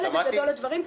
אלה בגדול הדברים.